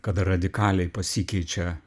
kada radikaliai pasikeičia